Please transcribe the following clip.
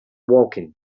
walking